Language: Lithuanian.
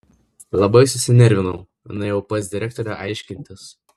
labai susinervinau nuėjau pas direktorę aiškintis